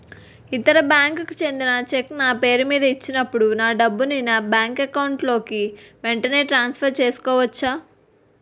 ఇతర బ్యాంక్ కి చెందిన చెక్ నా పేరుమీద ఇచ్చినప్పుడు డబ్బుని నా బ్యాంక్ అకౌంట్ లోక్ వెంటనే ట్రాన్సఫర్ చేసుకోవచ్చా?